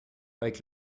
avec